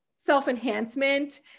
self-enhancement